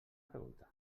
pregunta